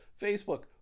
Facebook